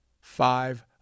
five